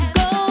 go